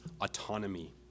autonomy